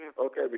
Okay